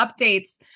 updates